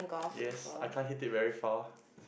yes I can't hit it very far